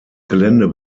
gelände